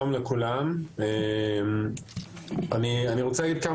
שלום לכולם, איתי על הקו